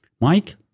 Mike